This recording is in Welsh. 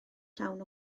llawn